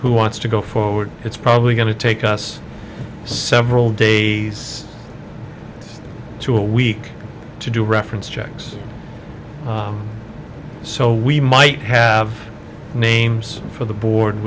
who wants to go forward it's probably going to take us several days to a week to do reference checks so we might have names for the board